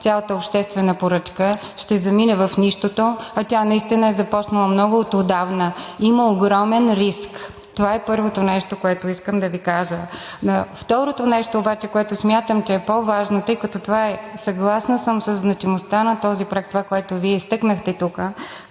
цялата обществена поръчка ще замине в нищото, а тя наистина е започнала много от отдавна. Има огромен риск. Това е първото нещо, което искам да Ви кажа. Второто нещо обаче, което смятам, че е по-важно. Съгласна съм със значимостта на този проект – това, което Вие изтъкнахте тук,